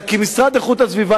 כי המשרד להגנת הסביבה